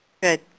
Good